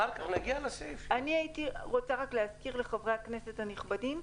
אני רוצה רק להזכיר לחברי הכנסת הנכבדים,